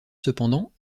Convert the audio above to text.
cependant